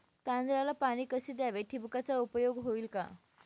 तांदळाला पाणी कसे द्यावे? ठिबकचा उपयोग होईल का?